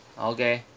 okay